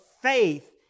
faith